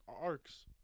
arcs